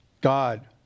God